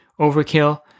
overkill